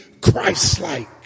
Christ-like